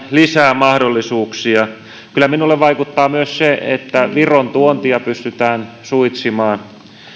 lisää mahdollisuuksia kyllä minuun vaikuttaa myös se että viron tuontia pystytään suitsimaan